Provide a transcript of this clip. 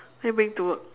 then bring to work